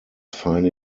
feine